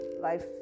life